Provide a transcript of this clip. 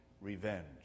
revenge